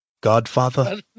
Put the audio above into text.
godfather